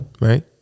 right